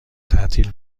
تعطیل